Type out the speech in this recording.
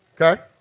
okay